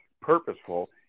purposeful